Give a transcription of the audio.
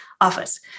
Office